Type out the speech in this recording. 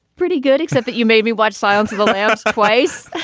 pretty good, except that you made me watch silence of the lambs twice